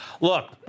Look